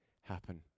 happen